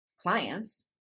clients